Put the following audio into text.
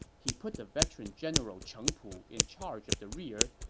he put the veteran general cheng pu in charge of the rear,